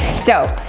so,